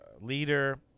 leader